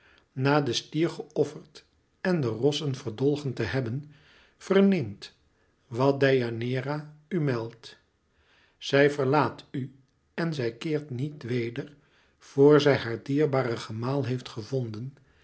na den stier geofferd en de rossen verdolgen te hebben verneemt wat deianeira u meldt zij verlaat u en zij keert niet weder vor zij haar dierbaren gemaal heeft gevonden